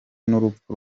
n’urupfu